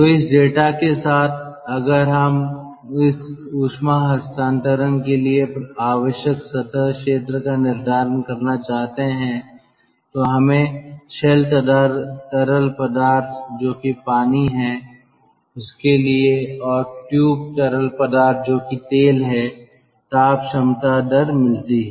तो इस डेटा के साथ अगर हम इस ऊष्मा हस्तांतरण के लिए आवश्यक सतह क्षेत्र का निर्धारण करना चाहते हैं तो हमें शेल तरल पदार्थ जो कि पानी है उसके लिए और ट्यूब तरल पदार्थ जो कि तेल है ताप क्षमता दर मिलती है